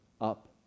up